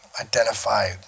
identified